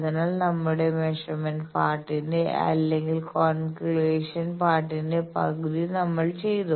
അതിനാൽ നമ്മളുടെ മെഷർമെന്റ് പാർട്ടിന്റെ അല്ലെങ്കിൽ കാൽക്കുലേഷൻ പാർട്ടിന്റെ പകുതി നമ്മൾ ചെയ്തു